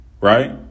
right